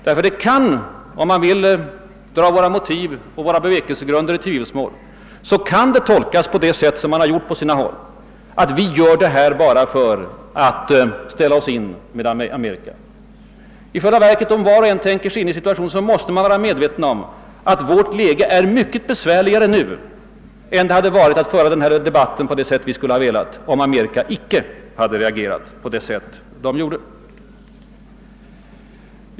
Det kan — om man vill dra våra motiv och bevekelsegrunder i tvivelsmål — tolkas på det sätt som skett på sina håll, nämligen att vi gör detta bara för att ställa oss väl med Amerika. Var och en som tänker sig in i situationen måste vara medveten om att vårt läge är mycket besvärligare nu än det skulle ha varit om Amerika icke hade reagerat på det sätt som skett.